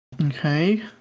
Okay